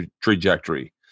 trajectory